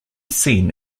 seen